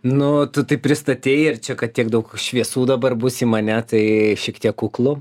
nu tu taip pristatei ir čia kad tiek daug šviesų dabar būs į mane tai šiek tiek kuklu